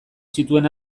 zituen